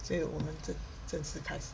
所有我们真是太